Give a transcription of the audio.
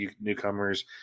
newcomers